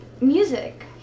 music